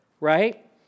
right